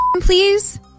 please